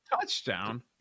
touchdown